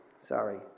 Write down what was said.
sorry